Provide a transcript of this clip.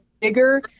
bigger